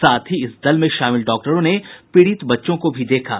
साथ ही इस दल में शामिल डॉक्टरों ने पीड़ित बच्चों को भी देखा